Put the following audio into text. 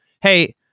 Hey